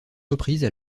reprises